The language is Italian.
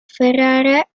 ferrara